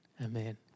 Amen